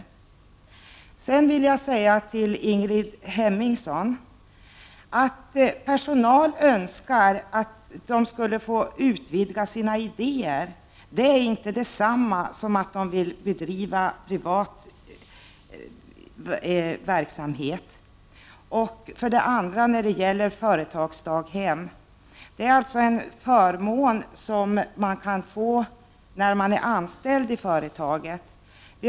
Till Ingrid Hemmingsson vill jag säga att det förhållandet att personalen önskar få utveckla sina idéer inte är detsamma som att man vill driva privat verksamhet. Vidare vill jag säga att placering på företagsdaghem är en förmån som de anställda i företaget kan få.